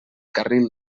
carril